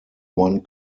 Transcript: one